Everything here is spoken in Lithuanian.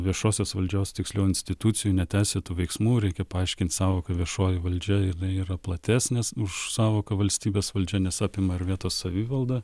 viešosios valdžios tiksliau institucijų neteisėtų veiksmų reikia paaiškint sąvoką viešoji valdžia jinai yra platesnės už sąvoką valstybės valdžia nes apima ir vietos savivaldą